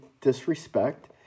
disrespect